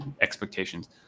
expectations